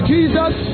Jesus